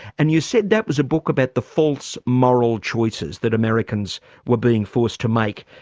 and you said that was a book about the false moral choices that americans were being forced to make.